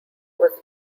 was